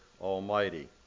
Almighty